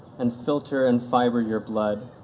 and filter and fibre your blood.